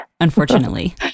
unfortunately